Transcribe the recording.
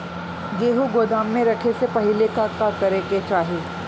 गेहु गोदाम मे रखे से पहिले का का करे के चाही?